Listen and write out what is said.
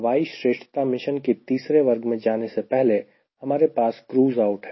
हवाई श्रेष्ठता मिशन के तीसरे वर्ग में जाने से पहले हमारे पास क्रूज़ आउट है